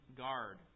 guard